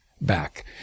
back